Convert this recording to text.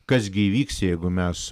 kas gi įvyks jeigu mes